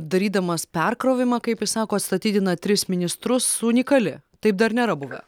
darydamas perkrovimą kaip jis sako atstatydina tris ministrus unikali taip dar nėra buvę